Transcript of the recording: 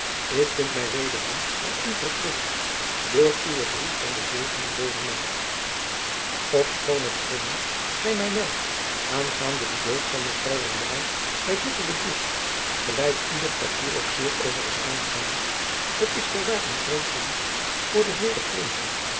ik vind den my wederom aan u verplicht voor uwen brief van de zevende dezer maand ofschoon hetgene gy my meldt aangaande den dood van mevrouw royaal my bitter bedroeft gelijk ieder er hier ook zeer over is aangedaan t is voorwaar een groot verlies voor den heere prince